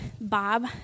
Bob